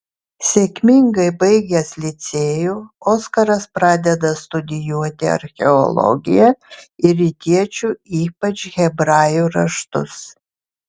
sėkmingai baigęs licėjų oskaras pradeda studijuoti archeologiją ir rytiečių ypač hebrajų raštus